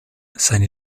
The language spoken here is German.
seine